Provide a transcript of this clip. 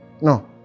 No